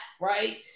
right